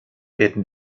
werden